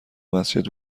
مسجد